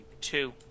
Two